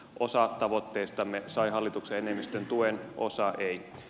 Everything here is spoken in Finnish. osa tavoitteistamme sai hallituksen enemmistön tuen osa ei